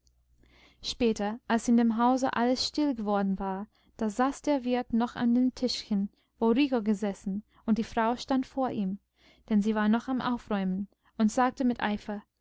später als in dem hause alles still geworden war da saß der wirt noch an dem tischchen wo rico gesessen und die frau stand vor ihm denn sie war noch am aufräumen und sagte mit eifer